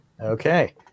Okay